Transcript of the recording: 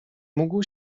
mógł